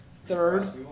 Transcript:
Third